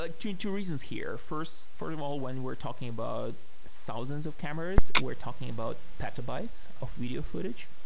like two two reasons here. first first of all, when we're talking about thousands of cameras, we're talking about petabytes of video footage.